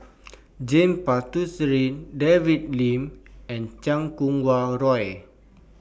James Puthucheary David Lim and Chan Kum Wah Roy